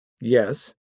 Yes